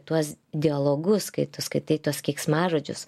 tuos dialogus kai tu skaitai tuos keiksmažodžius